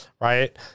right